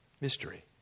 mystery